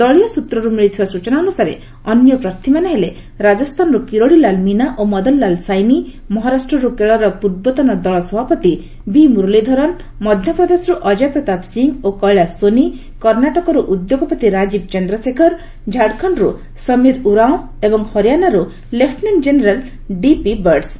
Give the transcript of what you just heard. ଦଳୀୟ ସ୍ନତ୍ରରୁ ମିଳିଥିବା ସୂଚନା ଅନୁସାରେ ଅନ୍ୟ ପ୍ରାର୍ଥୀମାନେ ହେଲେ ରାଜସ୍ଥାନରୁ କିରୋଡ଼ି ଲାଲ୍ ମୀନା ଓ ମଦନ୍ ଲାଲ୍ ସାଇନି ମହାରାଷ୍ଟ୍ରରୁ କେରଳ ପୂର୍ବତନ ଦଳ ସଭାପତି ଭି ମୁରଲୀଧରନ୍ ମଧ୍ୟପ୍ରଦେଶରୁ ଅଜୟ ପାତାପ ସିଂ ଓ କୈଳାସ ସୋନି କର୍ଷାଟକରୁ ଉଦ୍ୟୋଗପତି ରାଜୀବ ଚନ୍ଦ୍ରଶେଖର ଝାଡ଼ଖଣ୍ଡର୍ ସମୀର ଉରାଁଓ ଏବଂ ହରିୟାଣାର୍ତ୍ର ଲେଫୁନାଣ୍ଟ ଜେନେରାଲ୍ ଡିପି ବଟ୍ସ୍